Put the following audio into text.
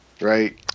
right